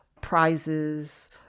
prizes